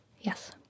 yes